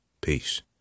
Peace